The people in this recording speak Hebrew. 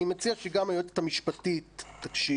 אני מציע שגם היועצת המשפטית תקשיב,